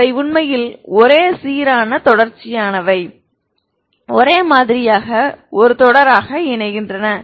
அவை உண்மையில் ஒரே சீரான தொடர்ச்சியானவை ஒரே மாதிரியாக ஒரு தொடராக இணைகின்றன